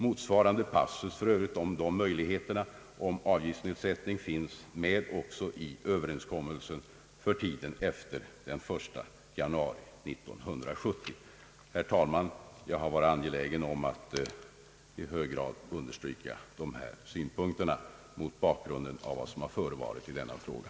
Motsvarande passus om möjligheterna till avgiftsnedsättning finns för övrigt också med i överenskommelsen för tiden efter den 1 januari 1970. Herr talman! Jag har varit angelägen om att i hög grad understryka dessa synpunkter mot bakgrunden av vad som förevarit i denna fråga.